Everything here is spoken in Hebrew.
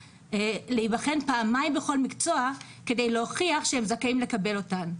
להיבחן פעמיים בכל מקצוע כדי להוכיח שהם זכאים לקבל אותם.